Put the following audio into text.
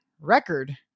record